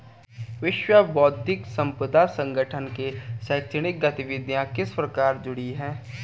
विश्व बौद्धिक संपदा संगठन से शैक्षणिक गतिविधियां किस प्रकार जुड़ी हैं?